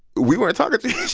we weren't talking